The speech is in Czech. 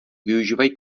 využívají